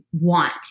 want